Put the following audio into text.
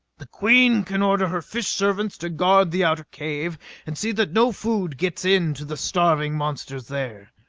the queen can order her fish-servants to guard the outer cave and see that no food gets in to the starving monsters there.